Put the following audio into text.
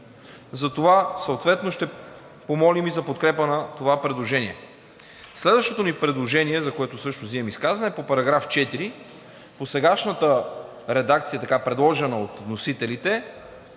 Затова съответно ще помолим и за подкрепа на това предложение. Следващото ни предложение, за което също взимам изказване, е по § 4, по сегашната редакция, така предложена от вносителите,